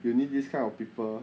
you need this kind of people